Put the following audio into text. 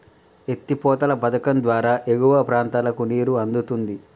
ఎత్తి పోతల పధకం ద్వారా ఎగువ ప్రాంతాలకు నీరు అందుతుంది